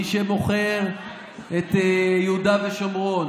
מי שמוכר את יהודה ושומרון